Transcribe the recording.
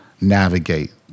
navigate